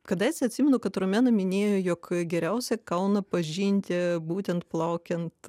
kadaise atsimenu kad romena minėjo jog geriausia kauną pažinti būtent plaukiant